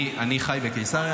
אני חי בקיסריה?